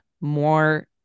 more